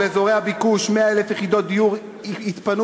באזורי הביקוש 100,00 יחידות דיור יתפנו